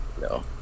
no